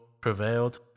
prevailed